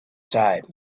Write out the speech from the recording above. side